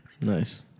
Nice